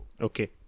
Okay